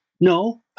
no